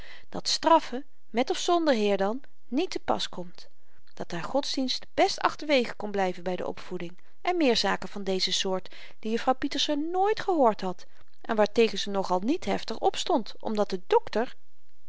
dat straffen met of zonder heer dan niet te pas komt dat haar godsdienst best achterwege kon blyven by de opvoeding en meer zaken van deze soort die jufvrouw pieterse nooit gehoord had en waartegen ze nog-al niet heftig opstond omdat de dokter